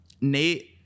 Nate